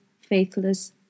faithless